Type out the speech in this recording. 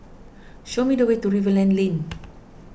show me the way to River land Lane